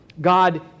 God